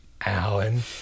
Alan